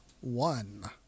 one